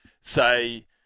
say